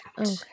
Okay